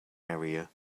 area